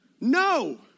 No